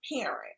parent